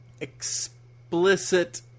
explicit